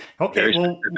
okay